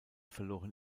verloren